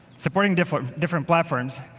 supporting different different platforms.